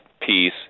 peace